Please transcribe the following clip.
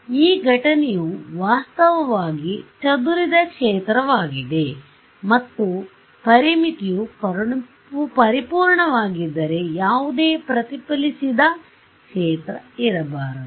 ಈ ಘಟನೆಯು ವಾಸ್ತವವಾಗಿ ಚದುರಿದ ಕ್ಷೇತ್ರವಾಗಿದೆ ಮತ್ತು ಪರಿಮಿತಿಯು ಪರಿಪೂರ್ಣವಾಗಿದ್ದರೆ ಯಾವುದೇ ಪ್ರತಿಫಲಿಸಿದ ಕ್ಷೇತ್ರ ಇರಬಾರದು